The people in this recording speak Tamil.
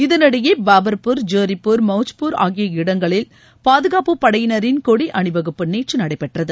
இதனிடையே பாபா்பூர் ஜோர்பூர் மௌச்பூர் ஆகிய இடங்களில் பாதுகாப்பு படையினரின் கொடி அணிவகுப்பு நேற்று நடைபெற்றது